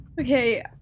Okay